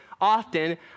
often